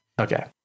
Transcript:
Okay